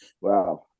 wow